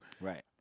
Right